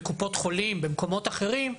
בקופות חולים ובמקומות אחרים,